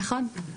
נכון.